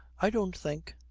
i don't think